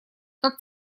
как